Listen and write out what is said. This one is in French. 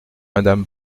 madame